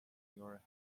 your